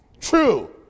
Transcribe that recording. true